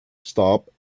stop